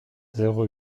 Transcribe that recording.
zéro